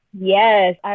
Yes